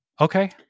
Okay